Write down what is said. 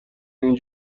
این